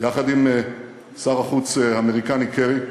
יחד עם שר החוץ האמריקני קרי,